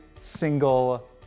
single